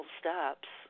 steps